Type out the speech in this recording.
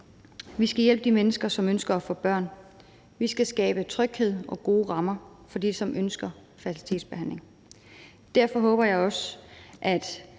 Vi skal hjælpe de mennesker, som ønsker at få børn. Vi skal skabe tryghed og gode rammer for dem, som ønsker fertilitetsbehandling. Derfor håber jeg også, at